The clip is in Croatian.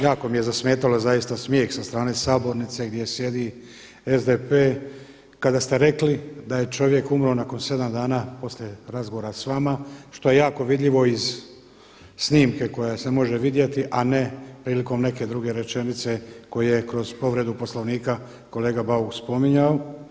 Jako mi je zasmetalo zaista smijeh sa strane sabornice gdje sjedi SDP kada ste rekli da je čovjek umro nakon sedam dana poslije razgovora s vama, što je jako vidljivo iz snimke koja se može vidjeti, a prilikom neke druge rečenice koju je kroz povredu Poslovnika kolega Bauk spominjao.